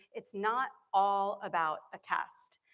it's not all about a test.